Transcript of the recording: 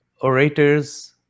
orators